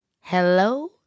Hello